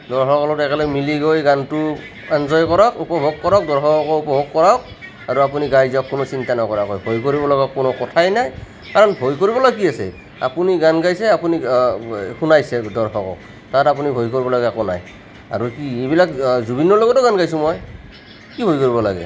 দৰ্শকৰ লগত একেলগে মিলি গৈ গানটো এনজয় কৰক উপভোগ কৰক দৰ্শককো উপভোগ কৰাওক আৰু আপুনি গাই যাওক কোনো চিন্তা নকৰাকৈ ভয় কৰিব লগা কোনো কথায়ে নাই কাৰণ ভয় কৰিব লগা কি আছে আপুনি গান গাইছে আপুনি শুনাইছে দৰ্শকক তাত আপুনি ভয় কৰিব লগা একো নাই আৰু কি এইবিলাক জুবিনৰ লগতো গান গাইছোঁ মই কি ভয় কৰিব লাগে